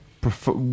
prefer